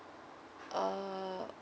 uh